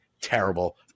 Terrible